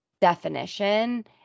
definition